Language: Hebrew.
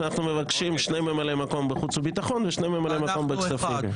שאנחנו מבקשים שני ממלאי מקום בחוץ וביטחון ושני ממלאי מקום בכספים,